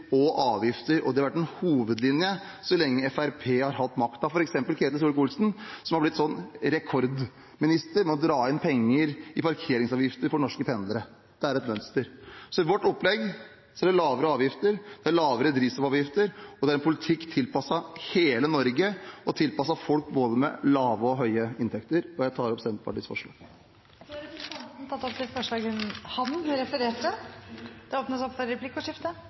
og avgifter, og det har vært en hovedlinje så lenge Fremskrittspartiet har hatt makten, f.eks. Ketil Solvik-Olsen, som har blitt rekordminister med å dra inn penger i parkeringsavgifter fra norske pendlere. Det er et mønster. I vårt opplegg er det lavere avgifter, det er lavere drivstoffavgifter, og det er en politikk tilpasset hele Norge og tilpasset folk med både lave og høye inntekter. Jeg tar opp Senterpartiets forslag i innstillingen som ikke allerede er tatt opp, dem vi er alene om, og dem vi står sammen med andre om. Da har representanten Trygve Slagsvold Vedum tatt